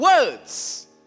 words